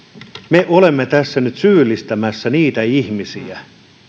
me olemme tässä nyt syyllistämässä niitä ihmisiä